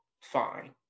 fine